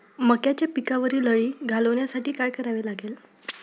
मक्याच्या पिकावरील अळी घालवण्यासाठी काय करावे लागेल?